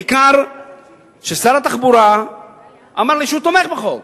בעיקר כששר התחבורה אמר לי שהוא תומך בחוק,